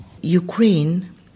Ukraine